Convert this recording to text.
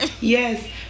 Yes